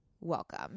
welcome